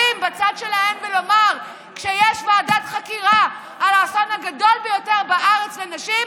בצד שלהן ולומר: כשיש ועדת חקירה על האסון הגדול ביותר בארץ לנשים,